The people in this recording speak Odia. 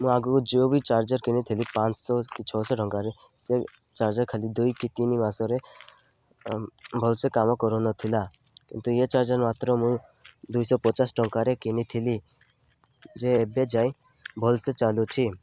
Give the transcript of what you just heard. ମୁଁ ଆଗରୁ ଯେଉଁ ବି ଚାର୍ଜର କିଣିଥିଲି ପାଞ୍ଚଶହ କି ଛଅଶହ ଟଙ୍କାରେ ସେ ଚାର୍ଜର ଖାଲି ଦୁଇ କି ତିନି ମାସରେ ଭଲସେ କାମ କରୁନଥିଲା କିନ୍ତୁ ଏଇ ଚାର୍ଜର ମାତ୍ର ମୁଁ ଦୁଇଶହ ପଚାଶ ଟଙ୍କାରେ କିଣିଥିଲି ଯେ ଏବେ ଯାଏ ଭଲସେ ଚାଲୁଛି